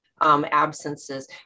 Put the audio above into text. absences